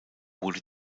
wurde